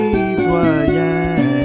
Citoyen